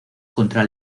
contra